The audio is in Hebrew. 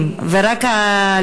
סדר-היום.